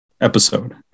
episode